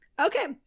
Okay